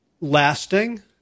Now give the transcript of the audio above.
lasting